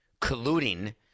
colluding